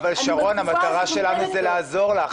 אני מבין את זה אבל שרון, המטרה שלנו זה לעזור לך.